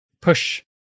push